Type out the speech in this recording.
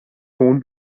hohen